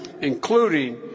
including